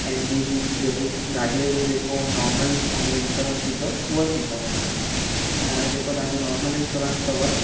ऐं जेको गाॾीअ जो जेको नॉर्मल तव्हांजो इंश्योरंस थींदो उहो थींदव ऐं हाणे जेके तव्हांजो नॉर्मल इंश्योरंस तव